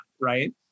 right